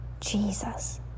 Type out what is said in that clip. Jesus